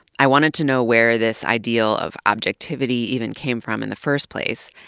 i wanted to know where this ideal of objectivity even came from in the first place.